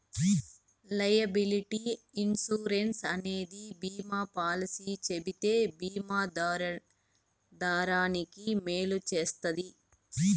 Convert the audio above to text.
liability insurance అనేది బీమా policy చెబితే బీమా దారానికి మేలు చేస్తది